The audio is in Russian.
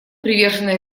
привержены